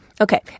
Okay